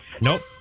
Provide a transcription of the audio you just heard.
Nope